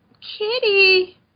kitty